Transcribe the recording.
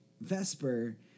Vesper